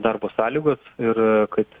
darbo sąlygos ir kad